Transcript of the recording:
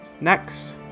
Next